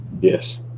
Yes